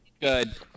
Good